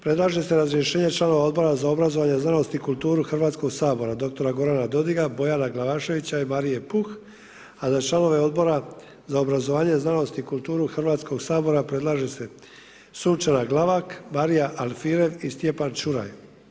Predlaže se razrješenje članova Odbora za obrazovanje znanost i kulturu Hrvatskog sabora, dr. Gorana Dodiga, Bojana Glavaševića i Marije Puh, a za članove Odbora za obrazovanje, znanost i kulturu Hrvatskog sabora predlaže se Sunčana Glavak, Marija Alfirev i Stjepan Čuraj.